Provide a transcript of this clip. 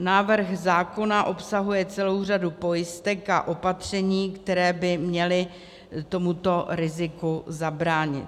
Návrh zákona obsahuje celou řadu pojistek a opatření, které by měly tomuto riziku zabránit.